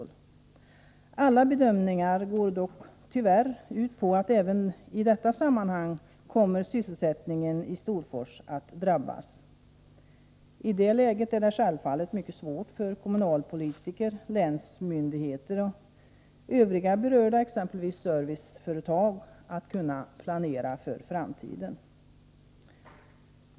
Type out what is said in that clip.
Enligt alla bedömningar kommer sysselsättningen i Storfors även i detta sammanhang att drabbas. I det läget är det självfallet mycket svårt för kommunalpolitiker, länsmyndigheter och övriga berörda — t.ex. serviceföretag — att planera för framtiden.